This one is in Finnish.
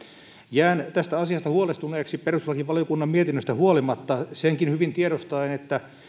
jään tästä asiasta huolestuneeksi perustuslakivaliokunnan mietinnöstä huolimatta senkin hyvin tiedostaen että